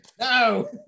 No